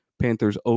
Panthers